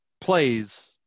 plays